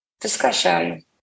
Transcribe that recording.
Discussion